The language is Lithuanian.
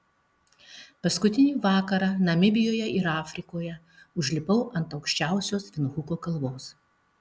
paskutinį vakarą namibijoje ir afrikoje užlipau ant aukščiausios vindhuko kalvos